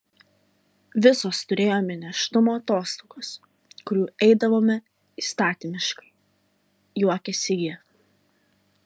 visos turėjome nėštumo atostogas kurių eidavome įstatymiškai juokėsi ji